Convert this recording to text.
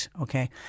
okay